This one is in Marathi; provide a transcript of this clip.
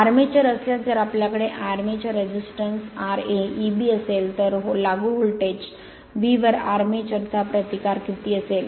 आर्मेचर असल्यास जर आपल्याकडे armature resistance r a Eb असेल तर लागू व्होल्टेज V वर आर्मेचर चा प्रतिकार किती असेल